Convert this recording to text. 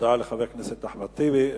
תודה לחבר הכנסת אחמד טיבי.